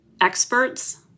experts